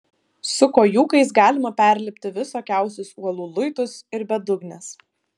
su kojūkais galima perlipti visokiausius uolų luitus ir bedugnes